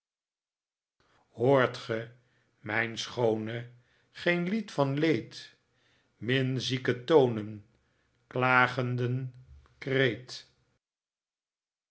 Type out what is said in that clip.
hoort ge mijn schoone geen lied van leed minzieke tonen klagenden kreet